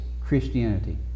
Christianity